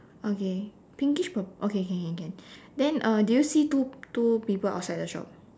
okay pinkish purple okay can can can then uh do you see two two people outside the shop